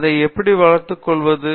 அதை எப்படி வளர்த்து கொள்வது